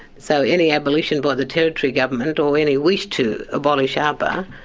so any abolition by the territory government, or any wish to abolish aapa,